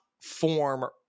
form